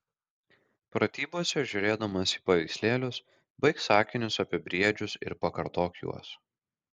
pratybose žiūrėdamas į paveikslėlius baik sakinius apie briedžius ir pakartok juos